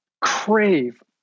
crave